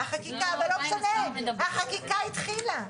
זה לא משנה, החקיקה התחילה.